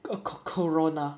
a co~ corona